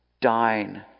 dine